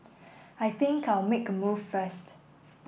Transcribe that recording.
I think I'll make a move first